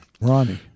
Ronnie